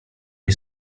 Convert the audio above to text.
nie